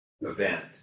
event